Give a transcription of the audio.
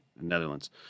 Netherlands